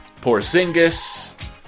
porzingis